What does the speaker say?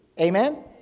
Amen